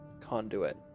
conduit